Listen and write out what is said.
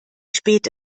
spät